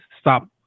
stop